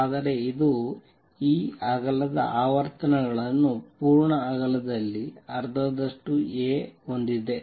ಆದರೆ ಇದು ಈ ಅಗಲದ ಆವರ್ತನಗಳನ್ನು ಪೂರ್ಣ ಅಗಲದಲ್ಲಿ ಅರ್ಧದಷ್ಟು A ಹೊಂದಿದೆ